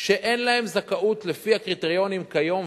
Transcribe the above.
שאין להם זכאות לפי הקריטריונים כיום,